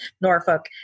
Norfolk